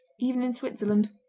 even in switzerland.